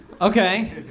Okay